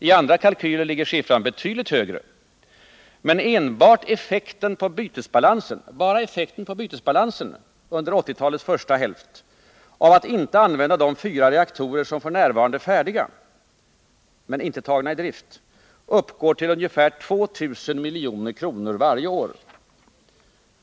I andra kalkyler ligger siffran betydligt högre. Men enbart effekten på bytesbalansen under 1980-talets första hälft av att inte använda de fyra reaktorer som f. n. är färdiga, men inte tagna i drift, uppgår till ungefär 2 000 milj.kr. varje år.